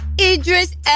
Idris